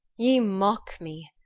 ye mock me.